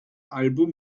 album